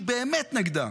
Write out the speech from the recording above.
כי היא באמת נגדם.